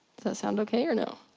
that sound ok or no?